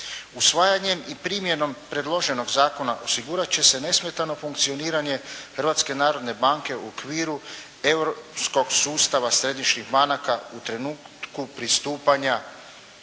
Usvajanjem i primjenom predloženog zakona osigurat će se nesmetano funkcioniranje Hrvatske narodne banke u okviru europskog sustava središnjih banaka u trenutku pristupanja Europskoj uniji.